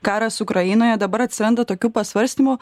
karas ukrainoje dabar atsiranda tokių pasvarstymų